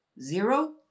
zero